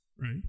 right